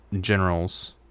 generals